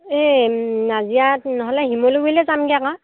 এই নাজিৰাত নহ'লে শিমলুগুৰি লৈ যামগে আকৌ